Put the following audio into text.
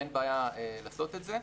אין בעיה לעשות את זה.